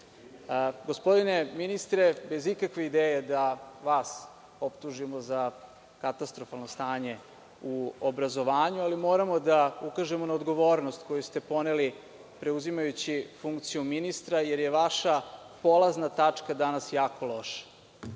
način. Gospodine ministre, bez ikakve ideje da vas optužimo za katastrofalno stanje u obrazovanju, moramo da ukažemo na odgovornost koju ste poneli preuzimajući funkciju ministra, jer je vaša polazna tačka danas jako loša.